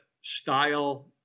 style